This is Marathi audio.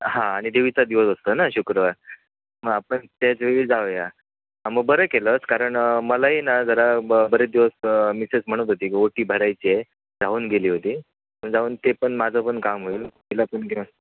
हां आणि देवीचा दिवस असतो ना शुक्रवार मग आपण त्याच वेळी जाऊया हा मग बरं केलंस कारण मलाही ना जरा ब बरेच दिवस मिसेस म्हणत होती की ओटी भरायची आहे राहून गेली होती जाऊन ते पण माझं पण काम होईल तिला पण घेऊन